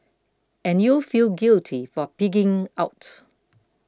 and you'll feel guilty for pigging out